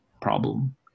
problem